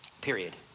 period